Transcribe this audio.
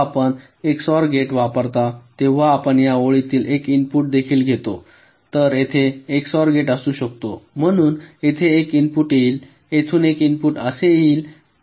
जेव्हा आपण XOR gate वापरता तेव्हा आपण या ओळीतील एक इनपुट देखील घेतो तर येथे एक्सओआर गेट असू शकतो म्हणून येथून एक इनपुट येईल येथून एक इनपुट असे येईल